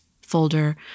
folder